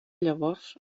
llavors